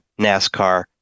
NASCAR